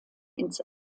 ins